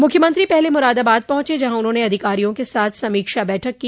मुख्यमंत्री पहले मुरादाबाद पहुंचे जहां उन्होंने अधिकारियों के साथ समीक्षा बैठक की